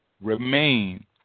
remain